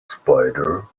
spider